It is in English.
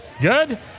Good